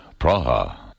Praha